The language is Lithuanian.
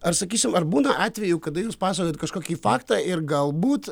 ar sakysim ar būna atvejų kada jūs pasakojat kažkokį faktą ir galbūt